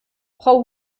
frau